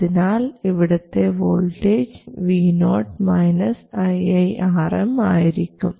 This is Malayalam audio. അതിനാൽ ഇവിടത്തെ വോൾട്ടേജ് vo iiRm ആയിരിക്കും